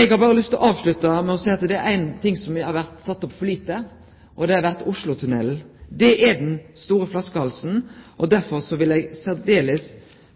Eg har berre lyst til å avslutte med å seie at det er ein ting som det har vore for lite snakk om, og det er Oslotunnelen. Det er den store flaskehalsen. Derfor vil eg særleg